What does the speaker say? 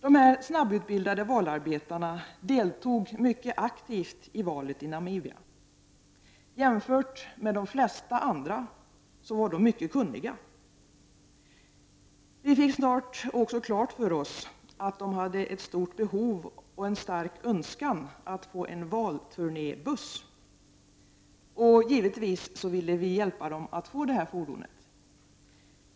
Dessa snabbutbildade valarbetare deltog mycket aktivt i valet i Namibia. Jämfört med de flesta andra var de mycket kunniga. Vi fick snart klart för oss att de hade ett stort behov av och en stark önskan att få en valturnébuss. Givetvis ville vi hjälpa dem att få detta fordon.